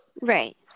right